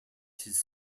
his